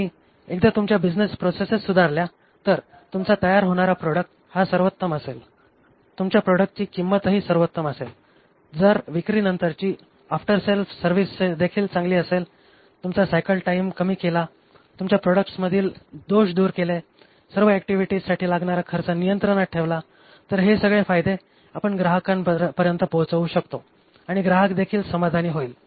आणि एकदा तुमच्या बिझनेस प्रोसेसेस सुधारल्या तर तुमचा तयार होणारा प्रोडक्ट हा सर्वोत्तम असेल तुमच्या प्रोडक्टची किंमतही सर्वोत्तम असेल जर विक्रीनंतरची आफ्टरसेल्स सर्विस्देखील चांगली असेल तुमचा सायकल टाइम कमी केला तुमच्या प्रोडक्टमधील दोष दूर केले सर्व ऍक्टिव्हिटींसाठी लागणारा खर्च नियंत्रणात ठेवला तर हे सगळे फायदे आपण ग्राहकांपर्यंत पोहोचवू शकतो आणि ग्राहकदेखील समाधानी होईल